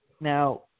Now